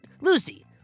Lucy